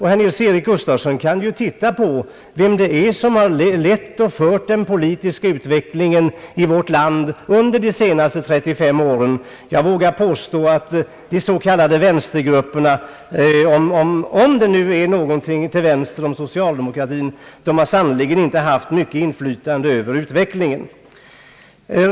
Herr Nils-Eric Gustafsson kan ju titta på vilka det är som har lett den politiska utvecklingen i vårt land under de senaste 35 åren. Jag vågar påstå att de s.k. vänstergrupperna sannerligen inte har haft mycket inflytande över utvecklingen.